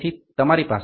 તેથી તમારી પાસે 0